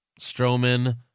Strowman